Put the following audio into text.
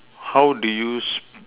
how do you s~